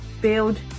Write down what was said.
build